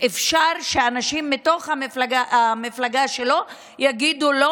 אפשר שאנשים מתוך המפלגה שלו יגידו לו: